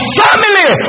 family